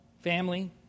family